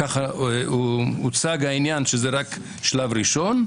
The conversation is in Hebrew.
ככה הוצג העניין שזה רק שלב ראשון,